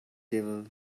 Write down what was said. table